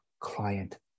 client